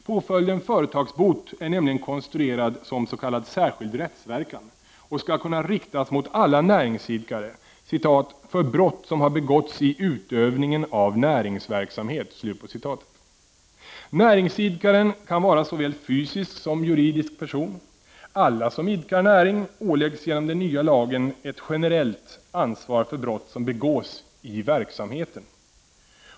Påföljden företagsbot är nämligen konstruerad som s.k. särskild rättsverkan och skall kunna riktas mot alla näringsidkare ”för brott som har begåtts i utövningen av näringsverksamhet”. Näringsidkaren kan vara såväl fysisk som juridisk person. Alla som idkar näring åläggs genom den nya lagen ett generellt ansvar för brott som begås i verksamheten.